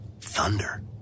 Thunder